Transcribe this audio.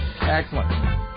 Excellent